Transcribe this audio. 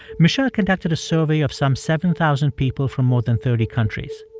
michele conducted a survey of some seven thousand people from more than thirty countries.